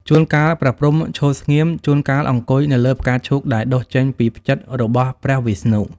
ជួនកាល ព្រះព្រហ្មឈរស្ងៀម ជួនកាលអង្គុយនៅលើផ្កាឈូកដែលដុះចេញពី ផ្ចិតរបស់ព្រះវិស្ណុ។